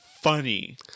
funny